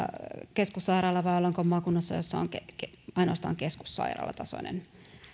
keskussairaala vai ollaanko maakunnassa jossa on ainoastaan keskussairaalatasoinen